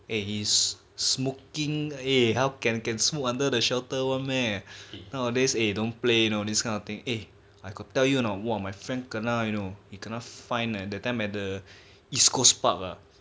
eh is smoking eh how can can smoke under the shelter one meh nowadays eh don't play you know this kind of thing eh I got tell you or not !wah! my friend kena you know he kena fined leh the time at the east coast park uh